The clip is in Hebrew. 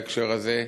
בהקשר הזה,